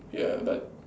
ya but